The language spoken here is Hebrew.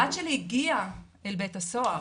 הבת שלי הגיעה אל בית הסוהר,